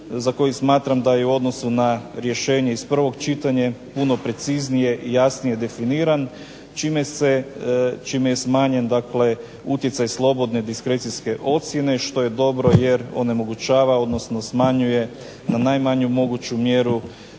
za koji smatram da je u odnosu na rješenje iz prvog čitanja puno preciznije i jasnije definiran čime je smanjen utjecaj slobodne diskrecijske ocjene što je dobro jer onemogućava odnosno smanjuje na najmanju moguću mjeru